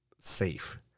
safe